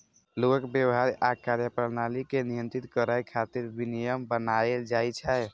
लोगक व्यवहार आ कार्यप्रणाली कें नियंत्रित करै खातिर विनियम बनाएल जाइ छै